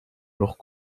noch